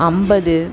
ஐம்பது